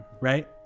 right